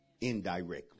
indirectly